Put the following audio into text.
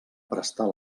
prestar